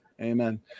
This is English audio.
Amen